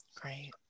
Great